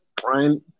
Brian